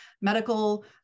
medical